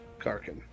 Karkin